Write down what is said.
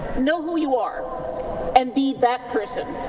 know who you are and be that person.